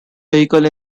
vehicle